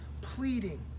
pleading